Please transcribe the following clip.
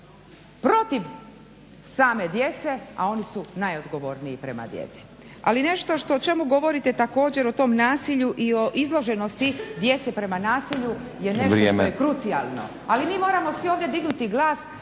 protiv same djece, a oni su najodgovorniji prema djeci. Ali nešto o čemu govorite također o tom nasilju i o izloženosti djece prema nasilju … /Upadica: Vrijeme./ … je nešto što je krucijalno, ali mi moramo svi ovdje dignuti glas